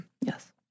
Yes